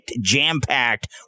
jam-packed